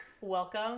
Welcome